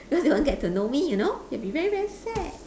because you won't get to know me you know you'll be very very sad